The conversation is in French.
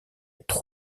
être